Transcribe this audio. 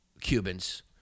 Cubans